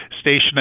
station